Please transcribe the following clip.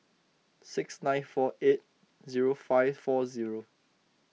six nine four eight zero five four zero